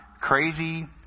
crazy